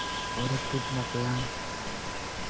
ᱚᱨ ᱤᱛᱩᱫ ᱵᱟᱯᱞᱟ